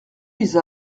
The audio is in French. vise